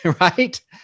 right